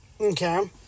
Okay